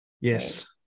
Yes